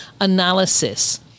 analysis